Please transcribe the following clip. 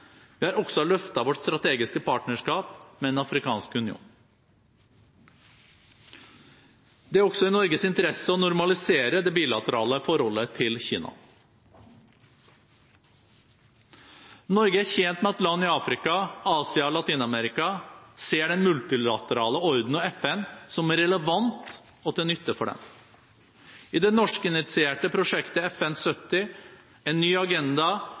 Vi har også løftet vårt strategiske partnerskap med Den afrikanske union. Det er også i Norges interesse å normalisere det bilaterale forholdet til Kina. Norge er tjent med at land i Afrika, Asia og Latin-Amerika ser den multilaterale orden og FN som relevant og til nytte for dem. I det norsk-initierte prosjektet «FN70: En ny